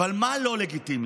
אבל מה לא לגיטימי?